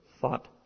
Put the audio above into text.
thought